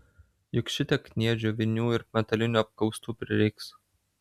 juk šitiek kniedžių vinių ir metalinių apkaustų prireiks